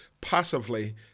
passively